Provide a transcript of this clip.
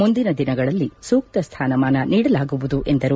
ಮುಂದಿನ ದಿನಗಳಲ್ಲಿ ಸೂಕ್ತ ಸ್ಥಾನಮಾನ ನೀಡಲಾಗುವುದು ಎಂದರು